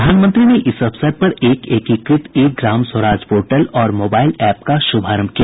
प्रधानमंत्री ने इस अवसर पर एक एकीकृत ई ग्राम स्वराज पोर्टल और मोबाइल ऐप का श्रभारंभ किया